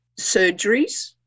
surgeries